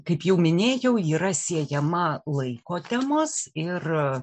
kaip jau minėjau yra siejama laiko temos ir